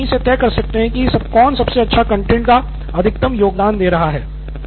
आप आसानी से तय सकते हैं कि कौन सबसे अच्छा कंटैंट का अधिकतम योगदान दे रहा है